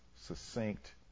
succinct